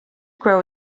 grow